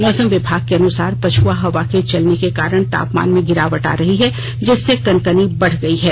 मौसम विभाग के अनुसार पछुआ हवा के चलने के कारण तापमान में गिरावट आ रही है जिससे कनकनी बढ़ गई है